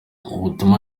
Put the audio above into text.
ubutumwa